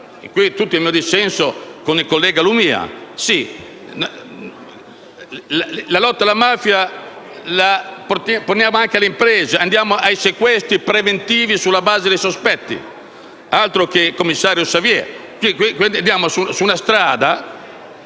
è tutto il mio dissenso con il collega Lumia): «Sì, la lotta alla mafia la facciamo anche alle imprese, andiamo ai sequestri preventivi sulla base dei sospetti?». Altro che commissario Javert, stiamo andando su una strada